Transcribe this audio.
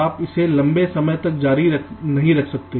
आप इसे लंबे समय तक जारी नहीं रख सकते